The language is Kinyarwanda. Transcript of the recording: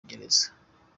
gereza